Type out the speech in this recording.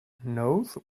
knows